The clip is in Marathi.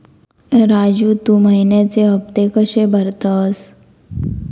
राजू, तू महिन्याचे हफ्ते कशे भरतंस?